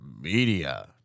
Media